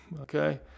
Okay